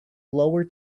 lower